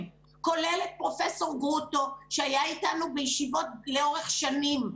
כולל את פרופ' גרוטו שהיה איתנו בישיבות לאורך שנים.